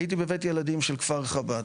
הייתי בבית ילדים של כפר חב"ד.